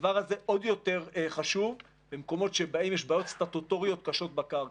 הדבר הזה עוד יותר חשוב במקומות שבהם יש בעיות סטטוטוריות קשות בקרקע.